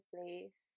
place